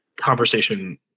conversation